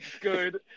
Good